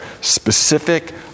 specific